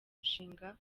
ishinga